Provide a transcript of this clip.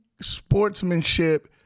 sportsmanship